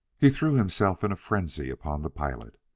he threw himself in a frenzy upon the pilot.